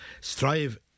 Strive